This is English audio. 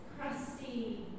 crusty